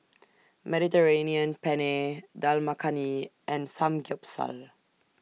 Mediterranean Penne Dal Makhani and Samgeyopsal